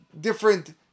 different